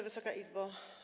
Wysoka Izbo!